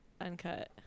Uncut